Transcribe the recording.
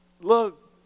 look